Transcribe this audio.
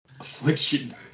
affliction